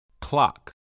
Clock